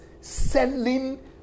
selling